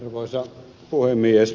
arvoisa puhemies